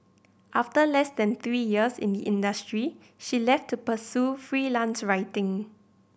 after less than three years in the industry she left to pursue freelance writing